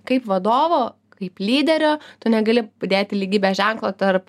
kaip vadovo kaip lyderio tu negali padėti lygybės ženklo tarp